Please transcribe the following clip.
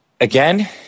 Again